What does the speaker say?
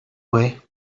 way